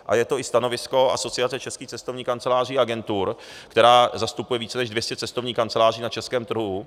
A je to i stanovisko Asociace českých cestovních kanceláří a agentur, která zastupuje více než 200 cestovních kanceláří na českém trhu.